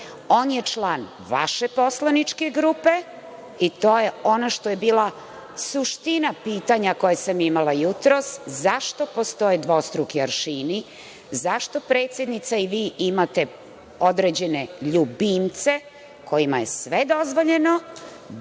ja. On je član vaše poslaničke grupe i to je ono što je bila suština pitanja koje sam imala jutros – zašto postoje dvostruki aršini? Zašto predsednica i vi imate određene ljubimce kojima je sve dozvoljeno,